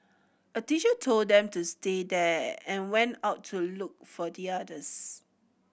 a teacher told them to stay there and went out to look for the others